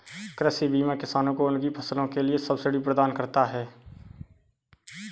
कृषि बीमा किसानों को उनकी फसलों के लिए सब्सिडी प्रदान करता है